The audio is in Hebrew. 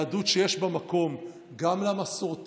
יהדות שיש בה מקום גם למסורתי,